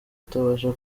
atabasha